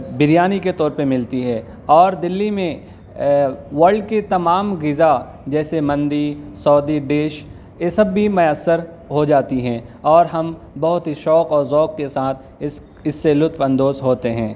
بریانی کے طور پہ ملتی ہے اور دلی میں ورلڈ کی تمام غذا جیسے مندی سعودی ڈش یہ سب بھی میسر ہو جاتی ہیں اور ہم بہت ہی شوق اور ذوق کے ساتھ اس اس سے لطف اندوز ہوتے ہیں